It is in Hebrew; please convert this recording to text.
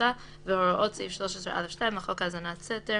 סודיותה והוראות סעיף 13(א)(2) לחוק האזנת סתר,